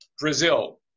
Brazil